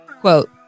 Quote